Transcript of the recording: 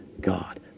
God